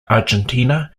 argentina